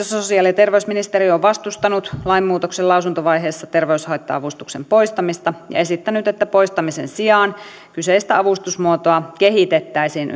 sosiaali ja terveysministeriö on vastustanut lainmuutoksen lausuntovaiheessa terveyshaitta avustuksen poistamista ja esittänyt että poistamisen sijaan kyseistä avustusmuotoa kehitettäisiin